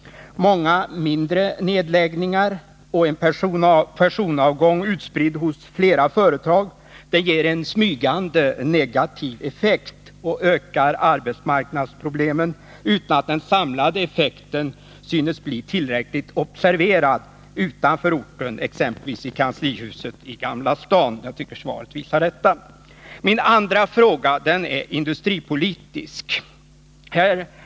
Många mindre nedläggningar och en personavgång, utspridd hos flera företag, ger en smygande negativ effekt och ökar arbetsmarknadsproblemen utan att den samlade effekten synes bli tillräckligt observerad utanför orten, exempelvis i kanslihuset i Gamla stan. Jag tycker att svaret visar detta. Min andra fråga är industripolitisk.